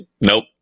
Nope